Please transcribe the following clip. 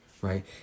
Right